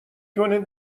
کنید